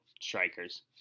strikers